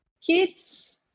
kids